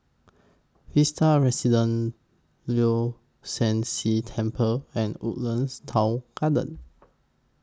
Vista Residences Leong San See Temple and Woodlands Town Garden